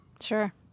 Sure